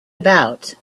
about